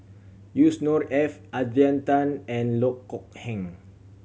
Yusnor Ef Adrian Tan and Loh Kok Heng